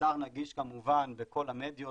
האתר נגיש כמובן בכל המדיות,